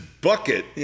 bucket